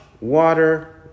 water